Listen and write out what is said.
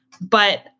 But-